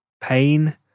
pain